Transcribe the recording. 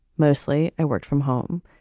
mostly i worked from home.